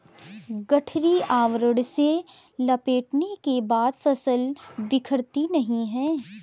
गठरी आवरण से लपेटने के बाद फसल बिखरती नहीं है